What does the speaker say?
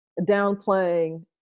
downplaying